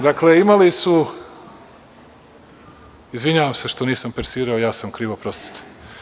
Dakle, imali su, izvinjavam se što nisam persirao, ja sam kriv, oprostite.